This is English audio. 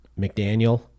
McDaniel